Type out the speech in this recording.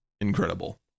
incredible